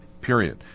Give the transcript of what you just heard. period